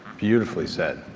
beautifully said.